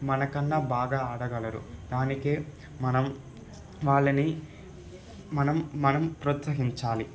మనకన్నా బాగా ఆడగలరు దానికి మనం వాళ్ళని మనం మనం ప్రోత్సహించాలి